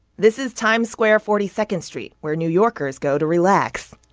this is times square forty second street, where new yorkers go to relax.